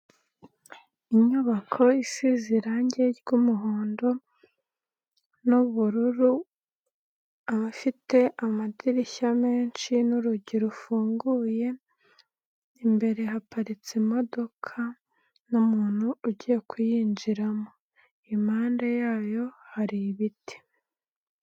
Inyubako isize irangi ry'umuhondo n'ubururu, ifite amadirishya menshi n'urugi rufunguye, imbere haparitse imodoka n'umuntu ugiye kuyinjiramo impande yayo hari ibiti.